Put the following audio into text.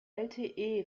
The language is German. lte